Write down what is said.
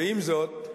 ועם זאת,